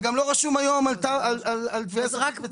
זה גם לא רשום היום על תביעה אזרחית.